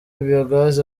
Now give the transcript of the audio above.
biogaz